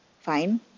Fine